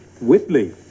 whitley